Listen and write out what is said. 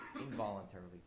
involuntarily